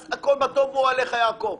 אז מה טובו אוהליך יעקב.